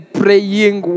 praying